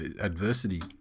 adversity